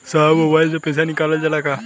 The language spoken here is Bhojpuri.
साहब मोबाइल से पैसा निकल जाला का?